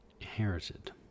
inherited